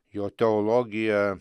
jo teologija